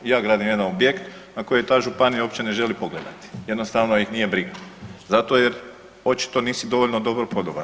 I ja gradim jedan objekt, a koji ta županija uopće ne želi pogledati, jednostavno ih nije briga zato jer očito nisi dovoljno dobro podoban.